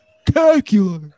spectacular